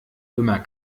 immer